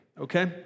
okay